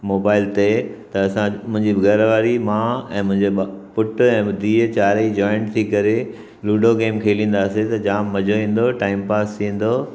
mobile ते त असां मुंहिंजी घरवारी मां ऐं मुंहिंजे ब पुटु ऐं धीउ चारई जॉइंट थी करे लुडो गेम खेलींदासीं त जाम मज़ो ईंदो हुओ टाइम पास थी वेंदो हुओ